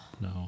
No